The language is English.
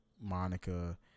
Monica